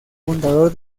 fundador